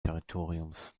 territoriums